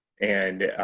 and